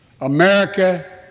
America